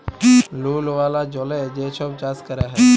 লুল ওয়ালা জলে যে ছব চাষ ক্যরা হ্যয়